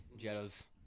Jettos